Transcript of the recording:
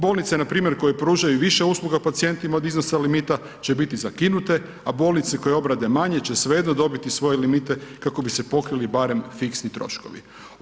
Bolnice na primjer koje pružaju više usluga pacijentima od iznosa limita će biti zakinute, a bolnice koje obrade manje će svejedno dobiti svoje limite kako bi se pokrili barem fiksni troškovi.